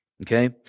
Okay